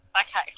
Okay